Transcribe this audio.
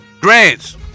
Grants